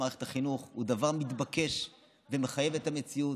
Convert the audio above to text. מערכת החינוך הוא דבר מתבקש ומחויב המציאות.